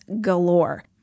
galore